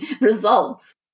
results